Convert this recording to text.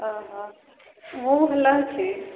ଅଃ ହ ମୁଁ ଭଲ ଅଛି